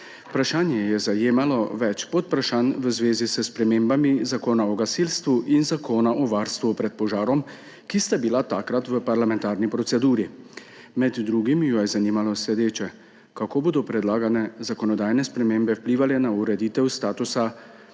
Vprašanje je zajemalo več podvprašanj v zvezi s spremembami Zakona o gasilstvu in Zakona o varstvu pred požarom, ki sta bila takrat v parlamentarni proceduri. Med drugim jo je zanimalo naslednje: kako bodo predlagane zakonodajne spremembe vplivale na ureditev statusa